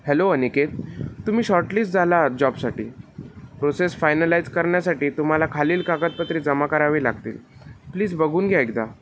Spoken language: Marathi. हॅलो अनिकेत तुम्ही शॉर्टलिस्ट झाला आहात जॉबसाठी प्रोसेस फायनलाईज करण्यासाठी तुम्हाला खालील कागदपत्रे जमा करावे लागतील प्लीज बघून घ्या एकदा